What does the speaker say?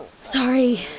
Sorry